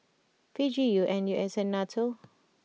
P G U N U S and Nato